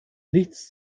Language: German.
nichts